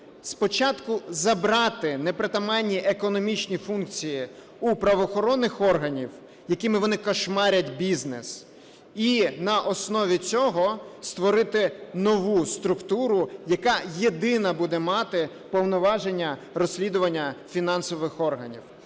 Спочатку забрати непритаманні економічні функції у правоохоронних органів, якими вони "кошмарять" бізнес. І на основі цього створити нову структуру, яка єдина буде мати повноваження розслідування фінансових органів.